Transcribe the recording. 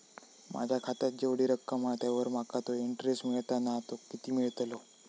माझ्या खात्यात जेवढी रक्कम हा त्यावर माका तो इंटरेस्ट मिळता ना तो किती मिळतलो?